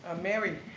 mary